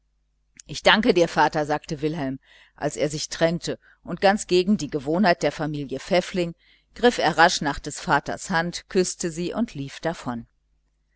ich danke dir vater sagte wilhelm als er sich trennte und ganz gegen die gewohnheit der familie pfäffling griff er rasch nach des vaters hand küßte sie und lief davon